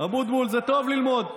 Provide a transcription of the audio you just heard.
אבוטבול, זה טוב ללמוד.